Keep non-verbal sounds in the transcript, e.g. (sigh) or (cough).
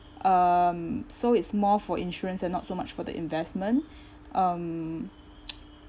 um so it's more for insurance and not so much for the investment (breath) um (noise)